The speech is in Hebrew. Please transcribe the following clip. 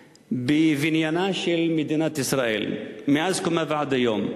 בבניינה של מדינת ישראל מאז קומה ועד היום.